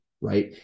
right